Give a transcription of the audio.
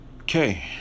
Okay